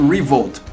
Revolt